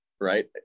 right